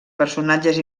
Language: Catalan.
personatges